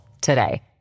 today